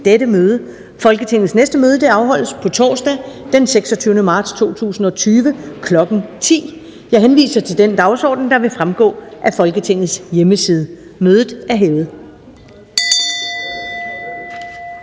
dette møde. Folketingets næste møde afholdes på torsdag, den 26. marts 2020, kl. 10.00. Jeg henviser til den dagsorden, der vil fremgå af Folketingets hjemmeside. Mødet er hævet.